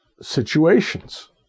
situations